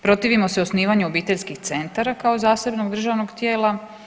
Protivimo se osnivanju obiteljskih centara kao zasebnog državnog tijela.